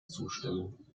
zustimmen